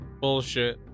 Bullshit